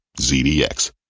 ZDX